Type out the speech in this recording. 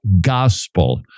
gospel